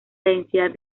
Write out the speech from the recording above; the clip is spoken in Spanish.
densidad